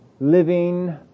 living